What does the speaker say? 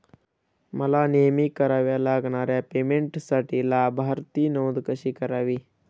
मला नेहमी कराव्या लागणाऱ्या पेमेंटसाठी लाभार्थी नोंद कशी करावी?